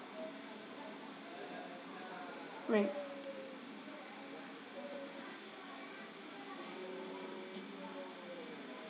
right